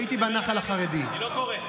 אני לא קורא.